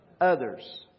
Others